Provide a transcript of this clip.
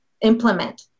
implement